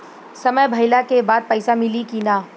समय भइला के बाद पैसा मिली कि ना?